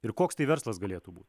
ir koks tai verslas galėtų būt